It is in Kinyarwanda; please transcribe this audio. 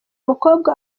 mukobwa